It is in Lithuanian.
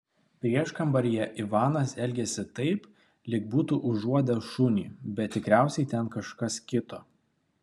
prieškambaryje ivanas elgėsi taip lyg būtų užuodęs šunį bet tikriausiai ten kažkas kito